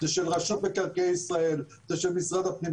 זה של רשות מקרקעי ישראל, זה של משרד הפנים.